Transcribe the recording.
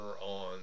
on